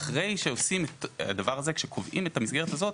אחרי שקובעים את המסגרת הזאת,